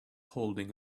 holding